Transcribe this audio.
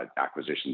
acquisition